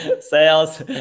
sales